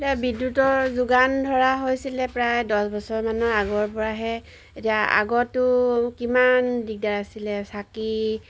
এতিয়া বিদ্যুতৰ যোগান ধৰা হৈছিলে প্ৰায় দহ বছৰ মানৰ আগৰ পৰাহে এতিয়া আগতো কিমান দিগদাৰ আছিলে চাকি